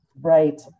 Right